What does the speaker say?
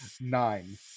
Nine